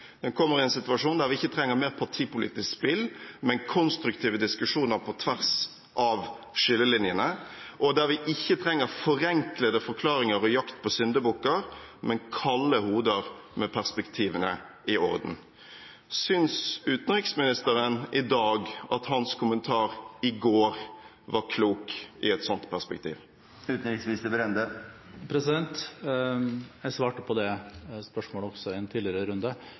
Den kommer i en situasjon der vi ikke trenger mer partipolitisk spill, men konstruktive diskusjoner på tvers av skillelinjene, og der vi ikke trenger forenklede forklaringer og jakt på syndebukker, men kalde hoder med perspektivene i orden. Synes utenriksministeren i dag at hans kommentar i går var klok i et sånt perspektiv? Jeg svarte på det spørsmålet også i en tidligere runde,